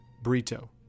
Brito